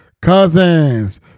cousins